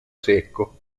secco